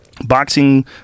Boxing